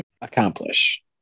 accomplish